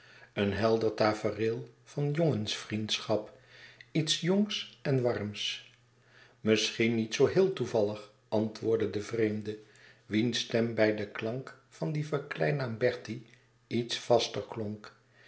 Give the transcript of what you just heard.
een helder tafereel van jongensvriendschap iets jongs en warms misschien niet zoo heel toevallig antwoordde de vreemde wiens stem bij den klank van dien verkleinnaam bertie iets vaster klonk